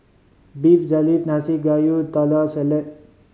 Beef Galbi Nanakusa Gayu Taco Salad